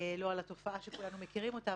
לא בתופעה שכולנו מכירים אותה,